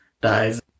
dies